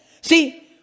See